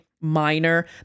minor